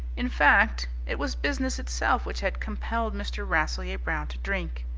in fact, it was business itself which had compelled mr. rasselyer-brown to drink.